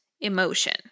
emotion